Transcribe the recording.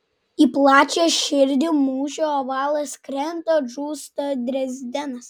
į plačią širdį mūšių ovalas krenta žūsta drezdenas